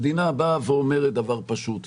המדינה באה ואומרת דבר פשוט.